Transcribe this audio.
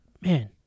man